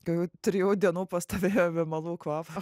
kokių trijų dienų pastovėjęs vėmalų kvapas